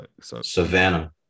Savannah